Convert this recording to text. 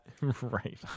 right